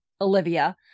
olivia